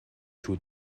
шүү